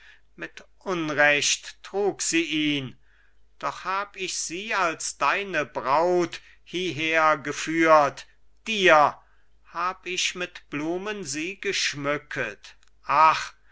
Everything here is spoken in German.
mit unrecht trug sie ihn doch hab ich sie als deine braut hieher geführt dir hab ich mit blumen sie geschmücket ach